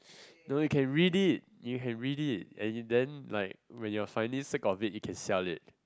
no you can read it you can read it and then like when you are finally sick of it you can sell it